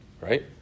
Right